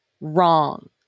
Wrong